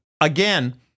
again